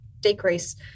decrease